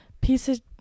pieces